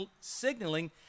signaling